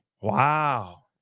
Wow